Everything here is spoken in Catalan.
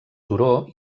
turó